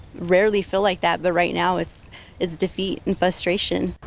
rarely feel like that the right now it's its defeat in frustration.